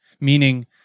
Meaning